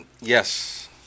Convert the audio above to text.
Yes